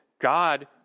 God